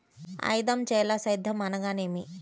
ఐదంచెల సేద్యం అనగా నేమి?